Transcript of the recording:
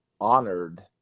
honored